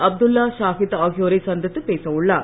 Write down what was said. அப்துல்லா சாகித் ஆகியோரை சந்தித்துப் பேச உள்ளார்